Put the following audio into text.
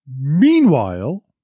Meanwhile